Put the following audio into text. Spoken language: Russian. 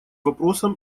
вопросам